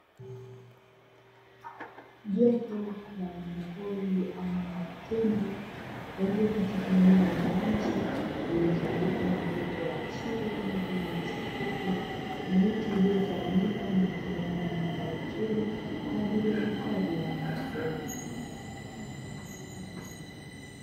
Jopo la wanyamapori aina ya tembo walio katika eneo la wazi, lililozungukwa na uoto wa asili kama vile: nyasi fupi na miti iliyotawanyika na kutengeneza mandhari nzuri, kwa ajili ya hifadhi ya wanyamapori.